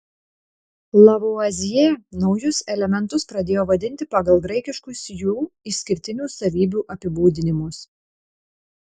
lavuazjė naujus elementus pradėjo vadinti pagal graikiškus jų išskirtinių savybių apibūdinimus